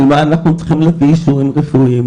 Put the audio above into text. על מה אנחנו צריכים להביא אישורים רפואיים?